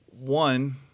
one